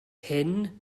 hyn